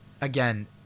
Again